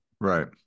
Right